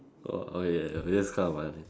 err oh yeah it is kind of funny